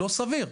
לא סביר.